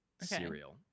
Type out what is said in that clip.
cereal